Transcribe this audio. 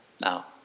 Now